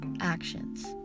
actions